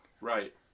Right